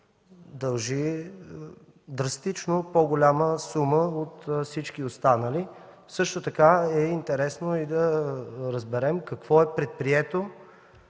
дължи драстично по-голяма сума от всички останали. Също така е интересно и да разберем какво е предприето